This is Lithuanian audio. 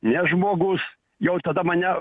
ne žmogus jos tada mane